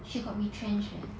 she got retrenched leh